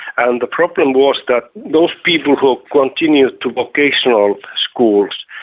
and the problem was that most people who continued to vocational schools,